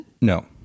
No